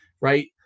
right